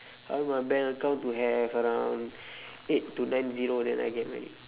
I want my bank account to have around eight to nine zero then I get married